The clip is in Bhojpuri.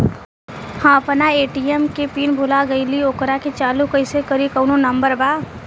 हम अपना ए.टी.एम के पिन भूला गईली ओकरा के चालू कइसे करी कौनो नंबर बा?